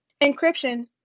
Encryption